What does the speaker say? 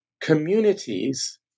communities